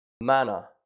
Mana